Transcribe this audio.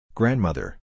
Grandmother